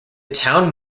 town